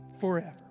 forever